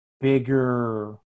bigger